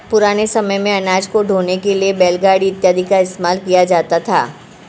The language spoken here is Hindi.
पुराने समय मेंअनाज को ढोने के लिए बैलगाड़ी इत्यादि का इस्तेमाल किया जाता था